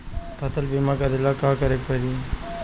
फसल बिमा करेला का करेके पारी?